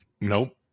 Nope